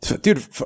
dude